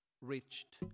reached